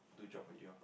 do job already lor